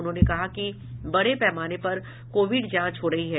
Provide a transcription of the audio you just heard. उन्होंने कहा कि बड़े पैमाने पर कोविड जांच हो रही है